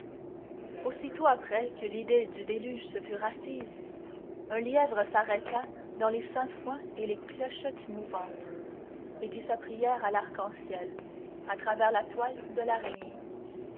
aussitôt après que l'idée du déluge se fut rassise un lièvre s'arrêta dans les sainfoins et les clochettes mouvantes et dit sa prière à l'arc-en-ciel à travers la toile de l'araignée